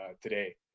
today